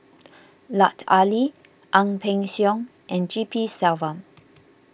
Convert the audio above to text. Lut Ali Ang Peng Siong and G P Selvam